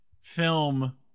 film